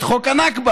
את חוק הנכבה.